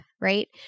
right